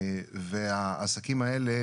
והעסקים האלה,